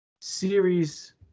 series